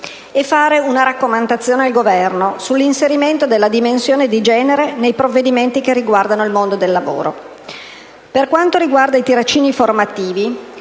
e fare una raccomandazione al Governo sull'inserimento della dimensione di genere nei provvedimenti che riguardano il mondo del lavoro. Per quanto riguarda i tirocini formativi,